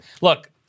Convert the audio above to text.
look